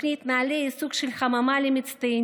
תוכנית נעל"ה היא סוג של חממה למצטיינים,